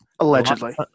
allegedly